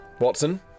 Watson